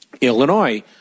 Illinois